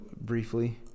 briefly